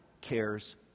cares